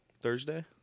Thursday